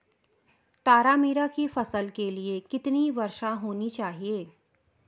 तारामीरा की फसल के लिए कितनी वर्षा होनी चाहिए?